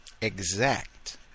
exact